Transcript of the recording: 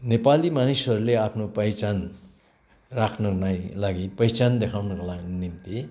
नेपाली मानिसहरूले आफ्नो पहिचान राख्नुलाई लागि पहिचान देखाउनुको लागि निम्ति